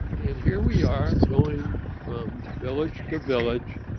and here we are going from village to village.